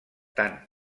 tant